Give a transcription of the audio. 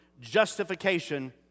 justification